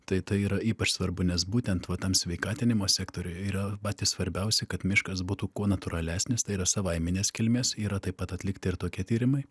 tai tai yra ypač svarbu nes būtent va tam sveikatinimo sektoriui yra patys svarbiausi kad miškas būtų kuo natūralesnis tai yra savaiminės kilmės yra taip pat atlikti ir tokie tyrimai